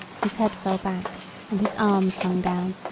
his head fell back and his arms hung down,